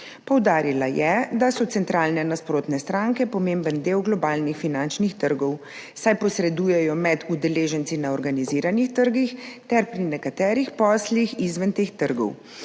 Poudarila je, da so centralne nasprotne stranke pomemben del globalnih finančnih trgov, saj posredujejo med udeleženci na organiziranih trgih ter pri nekaterih poslih izven teh trgov.